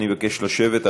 אני מבקש לשבת.